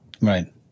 Right